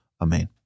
Amen